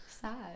sad